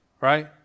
right